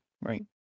right